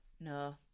no